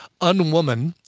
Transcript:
Unwoman